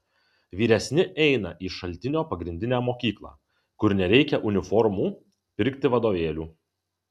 vyresni eina į šaltinio pagrindinę mokyklą kur nereikia uniformų pirkti vadovėlių